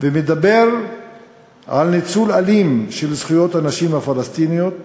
והוא מדבר על ניצול אלים של הנשים הפלסטיניות